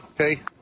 okay